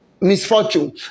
misfortune